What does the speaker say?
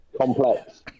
complex